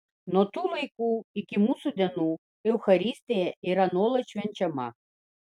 nuo tų laikų iki mūsų dienų eucharistija yra nuolat švenčiama